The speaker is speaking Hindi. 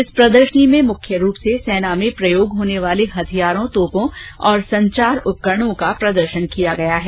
इस प्रदर्शनी में मुख्य रूप से सेना में प्रयोग होने वाले हथियारों और तोपों और संचार उपकरणों का प्रदर्शन किया गया है